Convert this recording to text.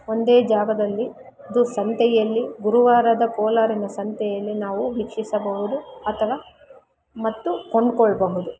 ಒಂದೇ ಜಾಗದಲ್ಲಿ ಇದು ಸಂತೆಯಲ್ಲಿ ಗುರುವಾರದ ಕೋಲಾರಿನ ಸಂತೆಯಲ್ಲಿ ನಾವು ವೀಕ್ಷಿಸಬಹುದು ಅಥವಾ ಮತ್ತು ಕೊಂಡ್ಕೊಳ್ಬಹುದು